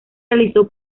realizó